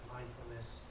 Mindfulness